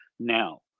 now